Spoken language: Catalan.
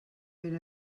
ben